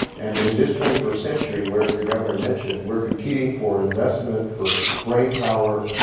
and that in this twenty first century, whereas the governor mentioned, we're competing for investment, for brain power,